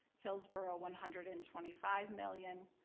hillsborough one hundred and twenty five million,